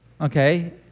okay